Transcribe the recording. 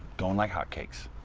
going like hotcakes.